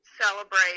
celebrate